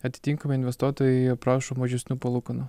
atitinkamai investuotojai prašo mažesnių palūkanų